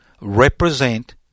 represent